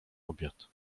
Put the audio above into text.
obiad